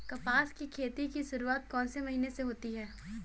कपास की खेती की शुरुआत कौन से महीने से होती है?